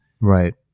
right